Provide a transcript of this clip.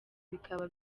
bikaba